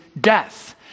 death